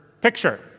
picture